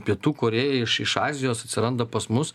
pietų korėja iš iš azijos atsiranda pas mus